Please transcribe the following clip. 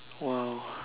!wow!